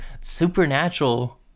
supernatural